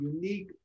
unique